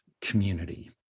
community